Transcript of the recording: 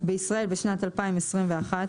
בישראל בשנת 2021,